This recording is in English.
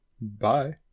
Bye